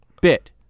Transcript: bit